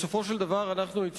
בסופו של דבר הצלחנו,